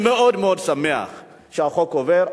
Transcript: אני מאוד מאוד שמח שהחוק עובר.